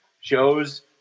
shows